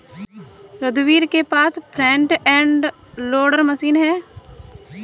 रघुवीर के पास फ्रंट एंड लोडर मशीन है